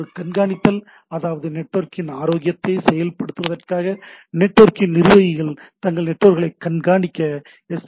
ஒன்று கண்காணித்தல் அதாவது நெட்வொர்க்கின் ஆரோக்கியத்தை உறுதி செய்வதற்காக நெட்வொர்க் நிர்வாகிகள் தங்கள் நெட்வொர்க்குகளை கண்காணிக்க எஸ்